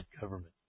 government